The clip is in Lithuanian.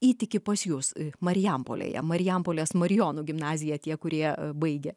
įtiki pas jus marijampolėje marijampolės marijonų gimnaziją tie kurie baigia